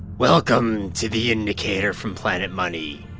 welcome to the indicator from planet money.